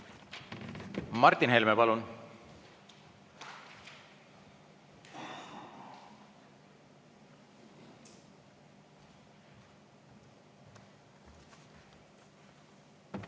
Martin Helme, palun!